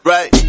Right